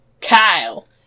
Kyle